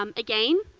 um again,